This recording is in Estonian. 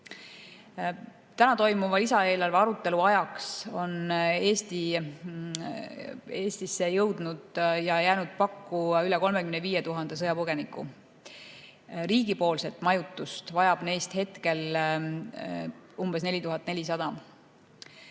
Täna toimuva lisaeelarve arutelu ajaks on Eestisse jõudnud ja jäänud pakku üle 35 000 sõjapõgeniku. Riigipoolset majutust vajab neist praegu umbes 4400.